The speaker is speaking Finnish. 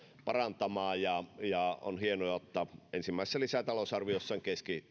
parantamaan ja ja on hienoa että ensimmäisessä lisätalousarviossaan